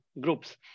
groups